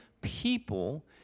people